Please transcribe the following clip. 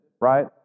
right